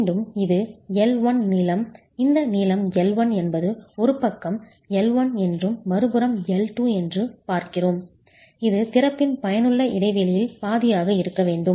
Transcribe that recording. மீண்டும் இது L 1 நீளம் இந்த நீளம் L 1 என்பது ஒரு பக்கம் L 1 என்றும் மறுபுறம் L 2 என்றும் பார்க்கிறோம் இது திறப்பின் பயனுள்ள இடைவெளியில் பாதியாக இருக்க வேண்டும்